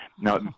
Now